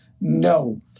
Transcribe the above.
No